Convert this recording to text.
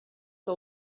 que